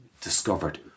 discovered